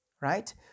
right